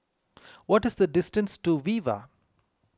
what is the distance to Viva